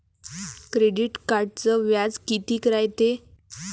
Credit कार्डचं व्याज कितीक रायते?